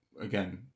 again